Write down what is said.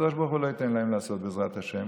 והקדוש ברוך הוא לא ייתן להם לעשות, בעזרת השם.